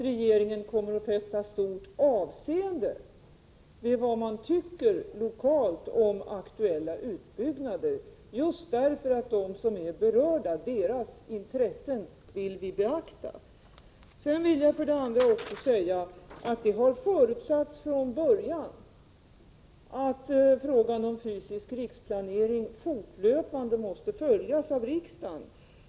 Regeringen kommer att fästa stort avseende vid vad man lokalt tycker om aktuella utbyggnader, just därför att vi vill beakta de berördas intressen. Det har från början förutsatts att frågan om fysisk riksplanering fortlöpan de måste följas av riksdagen.